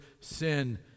sin